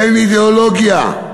אין אידיאולוגיה.